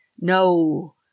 No